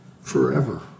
forever